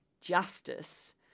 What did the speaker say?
justice